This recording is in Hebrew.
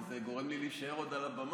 וזה גורם לי להישאר עוד על הבמה.